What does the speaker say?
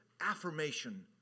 affirmation